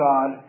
God